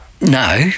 no